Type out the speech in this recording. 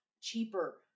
Cheaper